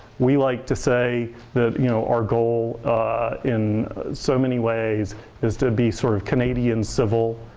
we like to say that you know our goal in so many ways is to be sort of canadian civil,